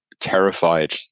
terrified